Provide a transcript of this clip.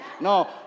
No